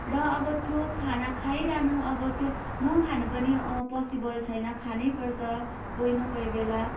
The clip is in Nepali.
र अब त्यो खाना खाइरहनु अब त्यो नखानु पनि अब पोसिबल छैन खानैपर्छ कोही न कोही बेला